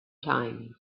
time